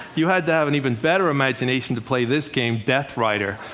you had to have an even better imagination to play this game, death rider.